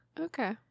Okay